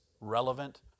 relevant